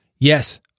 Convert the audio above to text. Yes